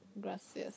gracias